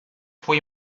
fue